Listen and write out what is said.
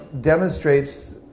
demonstrates